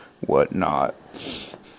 whatnot